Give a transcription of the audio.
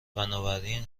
بنابراین